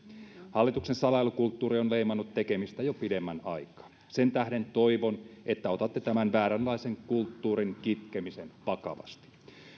hallituksen salailukulttuuri on leimannut tekemistä jo pidemmän aikaa sen tähden toivon että otatte tämän vääränlaisen kulttuurin kitkemisen vakavasti